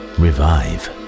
revive